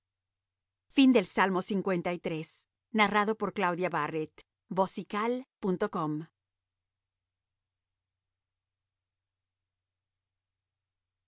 al músico principal salmo de